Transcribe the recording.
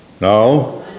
No